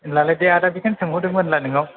होमब्लालाय दे आदा बेखौनो सोंहरदोंमोन होमब्ला नोंनाव